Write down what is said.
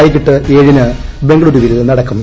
വൈകിട്ട് ഏഴിന് ബംഗളൂരുവിൽ നടക്കും